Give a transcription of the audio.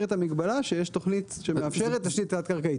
את המגבלה שיש תוכנית שמאשרת תשתית תת-קרקעית.